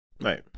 Right